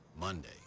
Monday